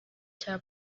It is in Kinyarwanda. cya